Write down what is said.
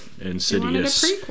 Insidious